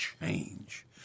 change